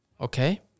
Okay